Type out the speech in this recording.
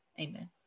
Amen